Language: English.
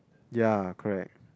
yeah correct